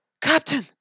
Captain